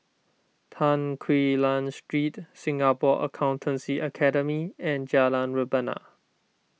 Tan Quee Lan Street Singapore Accountancy Academy and Jalan Rebana